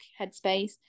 headspace